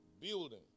building